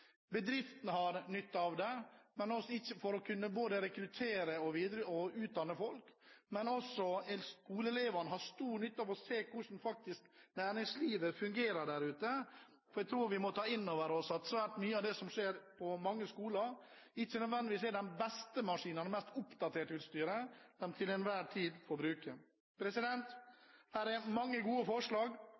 Bedriftene har nytte av det for å kunne både rekruttere og utdanne folk, men også skoleelevene har stor nytte av å se hvordan næringslivet fungerer der ute. Jeg tror vi må ta inn over oss at svært mye av det som er på mange skoler, ikke nødvendigvis er den beste maskinen og den mest oppdaterte utstyret de til enhver tid kan bruke. Her er mange gode forslag.